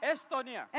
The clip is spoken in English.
Estonia